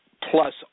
plus